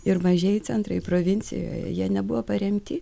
ir mažieji centrai provincijoje jie nebuvo paremti